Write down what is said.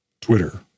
Twitter